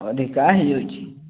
ଅଧିକା ହୋଇଯାଉଛି